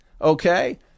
okay